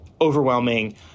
overwhelming